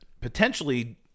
potentially